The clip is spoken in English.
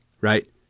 right